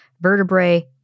vertebrae